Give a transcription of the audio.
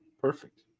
perfect